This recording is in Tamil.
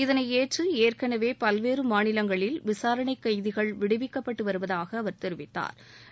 இதனை ஏற்று ஏற்கனவே பல்வேறு மாநிலங்களில் விசாரணை கைதிகள் விடுவிக்கப்பட்டு வருவதாக அவர் தெரிவித்தாா்